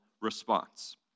response